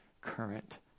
current